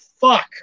fuck